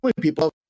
people